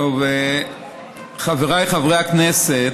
חבריי חברי הכנסת,